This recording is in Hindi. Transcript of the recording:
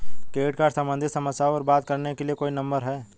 क्रेडिट कार्ड सम्बंधित समस्याओं पर बात करने के लिए कोई नंबर है?